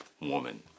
woman